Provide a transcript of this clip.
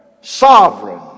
sovereign